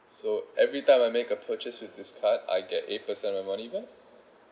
so every time I make a purchase with this card I get eight percent of money back